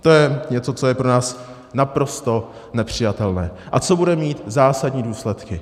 To je něco, co je pro nás naprosto nepřijatelné a co bude mít zásadní důsledky.